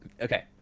Okay